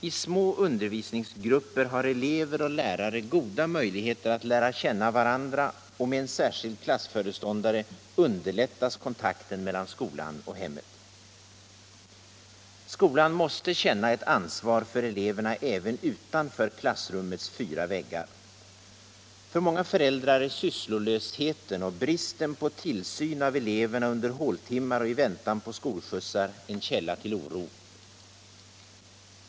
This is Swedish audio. I små undervisningsgrupper har elever och lärare goda möjligheter att lära känna varandra, och med en särskild klassföreståndare underlättas kontakten mellan skolan och hemmet. Skolan måste känna ett ansvar för eleverna även utanför klassrummets fyra väggar. För många föräldrar är sysslolösheten och bristen på tillsyn av eleverna under håltimmar och i väntan på skolskjutsar en källa till oro.